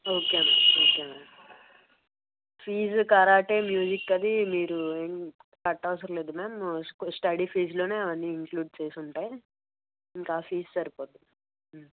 okay ma'am okay ma'am fee karate music అది మీరు ఏం కట్ట అవసరం లేదు మ్యామ్ స్టడీ ఫీజులోనే అవన్నీ ఇంక్లూడ్ చేసి ఉంటాయి ఇంకా ఆ ఫీజ్ సరిపోతుంది